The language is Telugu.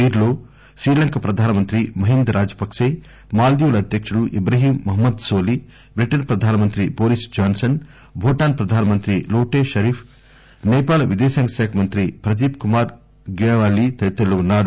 వీరిలో శ్రీలంక ప్రధానమంత్రి మహీంద రాజపక్సే మార్దీవుల అధ్యకుడు ఇబ్రహీం మహ్మద్ నోలి బ్రిటన్ ప్రధానమంత్రి బోరిస్ జాన్పన్ భూటాన్ ప్రధానమంత్రి లోటే షరీఫ్ సేపాల్ విదేశాంగ శాఖ మంత్రి ప్రదీప్ కుమార్ గ్యావలీ తదితరులు ఉన్నారు